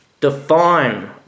define